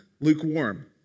lukewarm